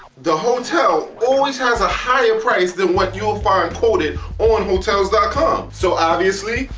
the hotel always have a higher price than what you will find quoted or and hotels dot com so obviously,